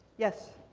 yes.